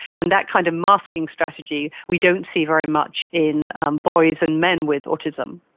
and that kind of masking strategy we don't see very much in boys and men with autism.